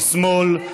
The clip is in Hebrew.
אם שמאל,